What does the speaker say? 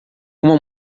uma